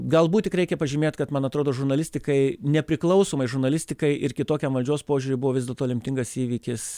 galbūt tik reikia pažymėt kad man atrodo žurnalistikai nepriklausomai žurnalistikai ir kitokiam valdžios požiūriui buvo vis dėlto lemtingas įvykis